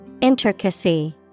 Intricacy